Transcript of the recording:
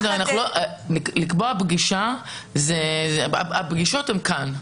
הפגישות הן כאן.